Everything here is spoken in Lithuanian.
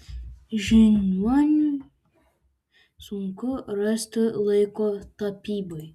žiniuoniui sunku rasti laiko tapybai